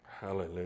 Hallelujah